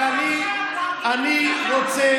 אני מבקש ממך להפסיק להפריע.